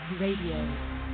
Radio